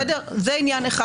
זה עניין אחד.